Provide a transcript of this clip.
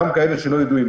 גם כאלה שלא ידועים.